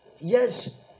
Yes